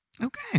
Okay